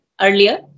earlier